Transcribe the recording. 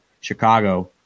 Chicago